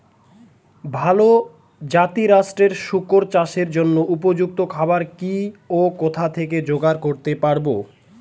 ভালো জাতিরাষ্ট্রের শুকর চাষের জন্য উপযুক্ত খাবার কি ও কোথা থেকে জোগাড় করতে পারব?